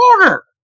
order